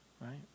right